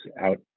out